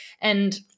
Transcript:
And-